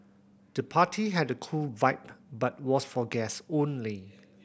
the party had a cool vibe but was for guests only